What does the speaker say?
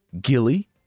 Gilly